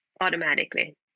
automatically